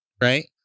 right